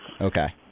okay